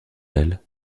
d’elle